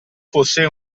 fosse